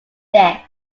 death